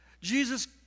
Jesus